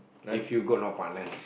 if you got no partner